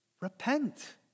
Repent